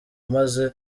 maze